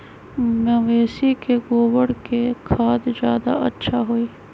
मवेसी के गोबर के खाद ज्यादा अच्छा होई?